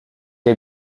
est